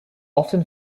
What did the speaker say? often